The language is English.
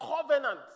covenant